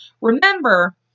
remember